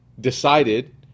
decided